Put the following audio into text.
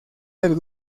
del